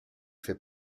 fait